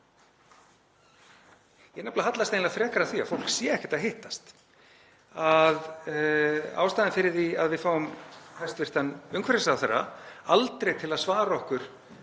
Ég nefnilega hallast frekar að því, að fólk sé ekkert að hittast, að ástæðan fyrir því að við fáum hæstv. umhverfisráðherra aldrei til að svara okkur